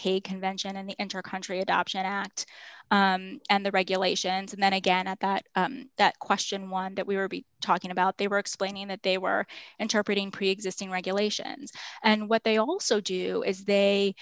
hague convention and the intercountry adoption act and the regulations and then again at that question one that we were talking about they were explaining that they were interpreting preexisting regulations and what they also do is they